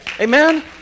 Amen